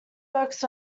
works